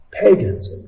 pagans